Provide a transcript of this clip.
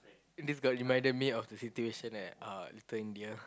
this girl reminded me of the the situation at uh Little-India